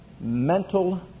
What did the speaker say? Mental